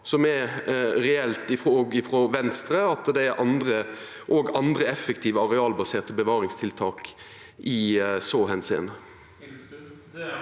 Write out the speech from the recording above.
som er reelt frå Venstre, at det òg er andre effektive arealbaserte bevaringstiltak i så måte?